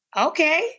okay